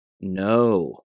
No